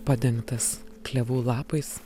padengtas klevų lapais